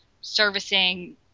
servicing